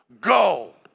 go